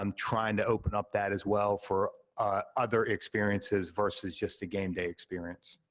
um trying to open up that, as well, for other experiences versus just a game day experience.